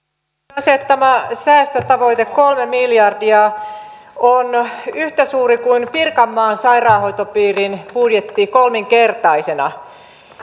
asettama säästötavoite kolme miljardia on yhtä suuri kuin pirkanmaan sairaanhoitopiirin budjetti kolminkertaisena